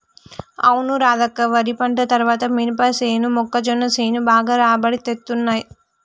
అవును రాధక్క వరి పంట తర్వాత మినపసేను మొక్కజొన్న సేను బాగా రాబడి తేత్తున్నయ్